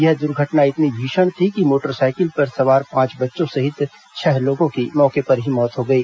यह दुर्घटना इतनी भीषण थी कि मोटर साइकिल पर सवार पांच बच्चों सहित छह लोगों की मौके पर ही मौत हो गई